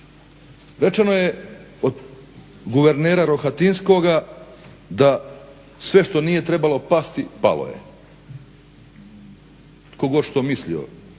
Rečeno je od guvernera Rohatinskoga da sve što nije trebalo pasti palo je. Tko god što mislio o